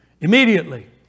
Immediately